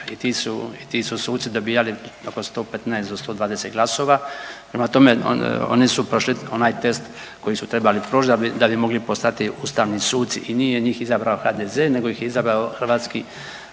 i ti su suci dobijali oko 115 do 120 glasova, prema tome oni su prošli onaj test koji su trebali proći da bi mogli postati ustavni suci. I nije njih izabrao HDZ nego ih je izabrao Hrvatski